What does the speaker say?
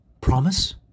Promise